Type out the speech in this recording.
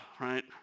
right